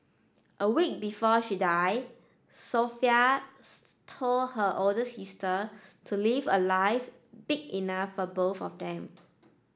a week before she died Sophie is told her older sister to live a life big enough for both of them